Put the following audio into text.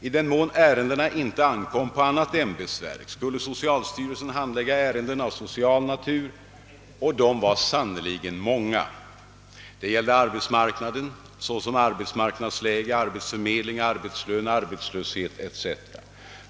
I den mån ärendena inte ankom på annat ämbetsverk skulle socialstyrelsen handlägga frågor av social natur — och det var sannerligen många! Ärendena gällde arbetsmarknaden, t.ex. arbetsmarknadsläge, arbetsförmedling, arbetslön, arbetslöshet etc.